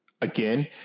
again